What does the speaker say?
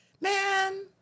Man